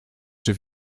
czy